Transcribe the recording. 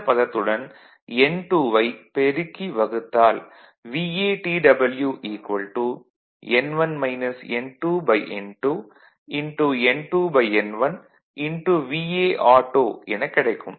இந்த பதத்துடன் N2 வை பெருக்கி வகுத்தால் TW N1 N2 N2 N2N1auto எனக் கிடைக்கும்